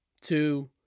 two